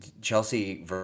Chelsea